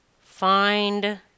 Find